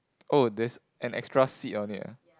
oh there's an extra seat on it ah